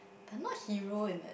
but not hero in that